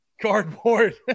Cardboard